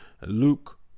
Luke